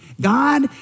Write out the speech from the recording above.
God